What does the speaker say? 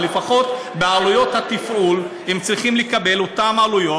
אבל לפחות בעלויות התפעול הם צריכים לקבל אותו דבר,